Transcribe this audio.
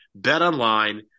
Betonline